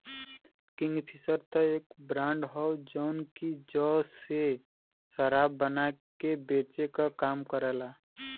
Kingfisher त एक brand हौ जौन की जौ से शराब बना के बेचे क काम करला